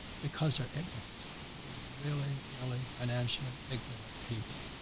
because they're ignorant. they're really, really financially ignorant people.